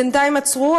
בינתיים עצרו,